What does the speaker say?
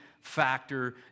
factor